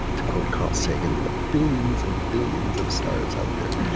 to quote carl sagan, the billions and billions of stars out there,